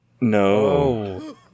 No